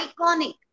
iconic